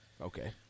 Okay